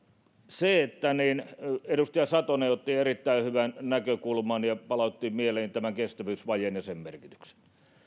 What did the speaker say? edustaja satonen otti erittäin hyvän näkökulman ja palautti mieleen tämän kestävyysvajeen ja sen merkityksen